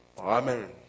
Amen